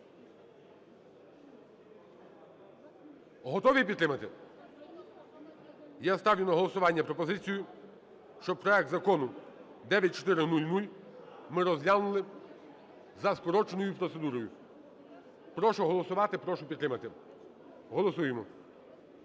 Готові підтримати? Я ставлю на голосування пропозицію, щоб проект закону 9400 ми розглянули за скороченою процедурою. Прошу голосувати, прошу підтримати. Голосуємо.